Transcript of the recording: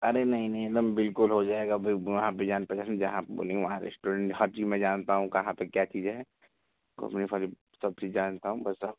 अरे नहीं नहीं बिल्कुल हो जायेगा बिल्कुल जान पहचान वहाँ रेस्टोरेंट हर चीज मैं जानता हूँ कहाँ पर क्या चीजें है सब चीज जानता हूँ